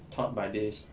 taught by this